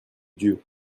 dieu